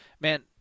man